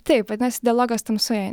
taip vadinasi dialogas tamsoje